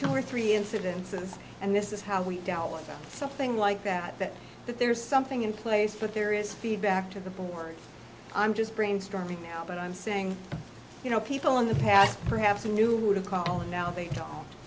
two or three incidences and this is how we dealt with something like that that there's something in place but there is feedback to the board i'm just brainstorming now but i'm saying you know people in the past perhaps i knew would call and now they